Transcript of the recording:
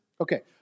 Okay